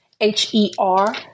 H-E-R